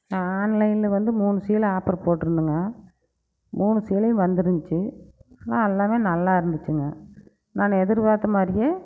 நான் ஆன்லைனில் வந்து மூணு சீலை ஆஃபர் போட்டுருந்தன்ங்க மூணு சேலையும் வந்துருந்துச்சு எல்லாமே நல்லா இருந்துச்சுங்க நான் எதிர்பார்த்த மாதிரியே